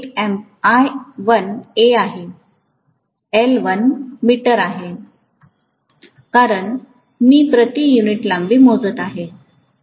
I 1 A आहे L 1 metre आहे कारण मी प्रति युनिट लांबी मोजत आहे